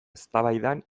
eztabaidan